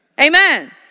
Amen